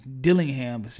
Dillingham